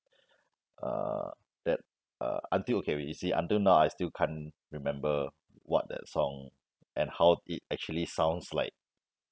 uh that uh until okay wait you see until now I still can't remember what that song and how it actually sounds like